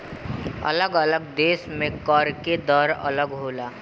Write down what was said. अलग अलग देश में कर के दर अलग होला